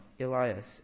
Elias